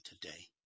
today